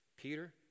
Peter